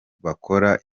bakora